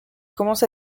commence